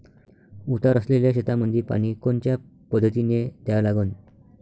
उतार असलेल्या शेतामंदी पानी कोनच्या पद्धतीने द्या लागन?